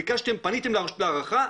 פניתם להארכה,